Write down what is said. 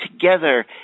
together